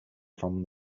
from